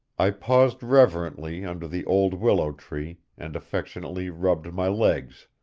i paused reverently under the old willow tree and affectionately rubbed my legs,